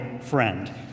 friend